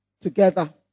together